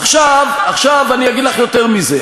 עכשיו, אני אגיד לך יותר מזה.